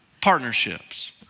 Partnerships